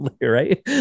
right